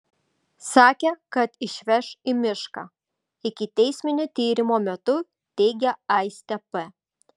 sakė kad išveš į mišką ikiteisminio tyrimo metu teigė aistė p